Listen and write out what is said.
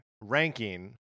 ranking